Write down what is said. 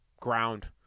ground